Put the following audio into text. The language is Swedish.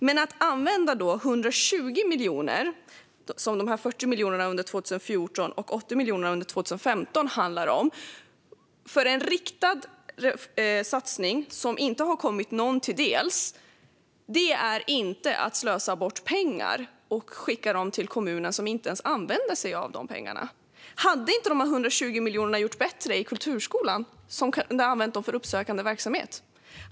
Men att använda 120 miljoner - 40 miljoner under 2014 och 80 miljoner under 2015 - för en riktad satsning som inte har kommit någon till del och skicka pengarna till kommuner som inte ens använder sig av dem är tydligen inte att slösa bort pengar. Hade inte de här 120 miljonerna gjort bättre nytta i kulturskolan, som kunde ha använt dem för uppsökande verksamhet?